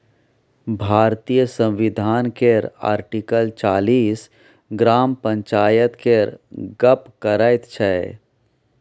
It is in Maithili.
भारतीय संविधान केर आर्टिकल चालीस ग्राम पंचायत केर गप्प करैत छै